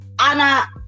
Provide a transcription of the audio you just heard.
Anna